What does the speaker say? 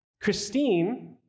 Christine